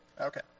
Okay